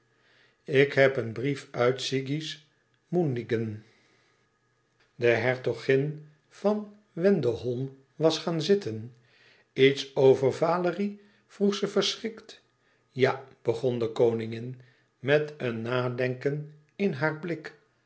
ik heb een brief uit sigismundingen de hertogin van wendeholm was gaan zitten iets over valérie vroeg ze verschrikt ja begon de koningin met een nadenken in haar blik